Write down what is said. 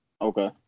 Okay